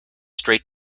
straight